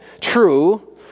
True